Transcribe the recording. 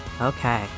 Okay